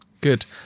good